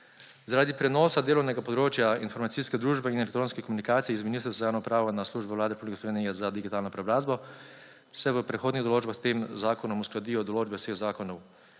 Zaradi prenosa delovnega področja informacijske družbe in elektronske komunikacije iz Ministrstva za javno upravo na Službo Vlade Republike Slovenije za digitalno preobrazbo, se v prehodnih določbah s tem zakonom uskladijo določbe vseh zakonov,